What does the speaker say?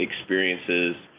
experiences